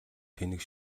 тэнэг